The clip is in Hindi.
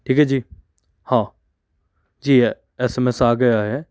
ठीक है जी हाँ जी एस एम स आ गया है